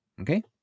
Okay